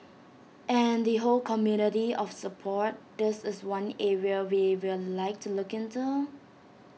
and the whole community of support this is one area we will like to look into